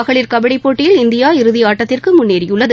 மகளிர் கபடி போட்டியில் இந்தியா இறுதியாட்டத்திற்கு முன்னேறியுள்ளது